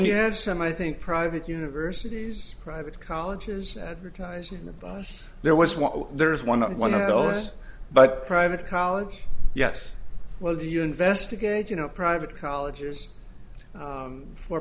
you have some i think private universities private colleges advertise in the bus there was one there was one on one of those but private college yes well do you investigate you know private colleges